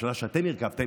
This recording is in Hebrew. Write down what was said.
בממשלה שאתם הרכבתם,